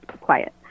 quiet